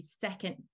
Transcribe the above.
second